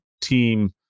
team